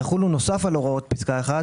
יחולו, נוסף על הוראות פסקה (1),